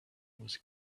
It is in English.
was